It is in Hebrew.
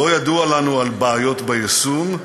לא ידוע לנו על בעיות ביישום,